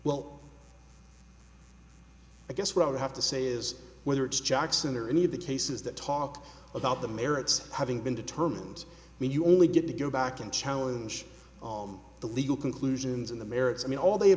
well i guess what i would have to say is whether it's jackson or any of the cases that talk about the merits having been determined when you only get to go back and challenge all the legal conclusions in the merits i mean all they